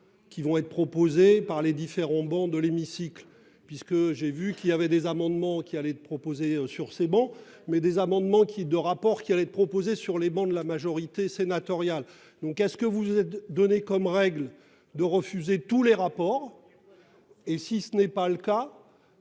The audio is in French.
qui vont être proposés par les différents bancs de l'hémicycle, puisque j'ai vu qu'il avait des amendements qui allait de proposer sur ces bancs, mais des amendements qui de rapports qui allait de proposer sur les bancs de la majorité sénatoriale, donc est-ce que vous êtes donné comme règle de refuser tous les rapports. Et si ce n'est pas le cas.